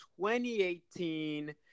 2018